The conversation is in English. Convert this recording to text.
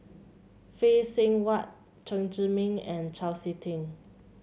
Phay Seng Whatt Chen Zhiming and Chau SiK Ting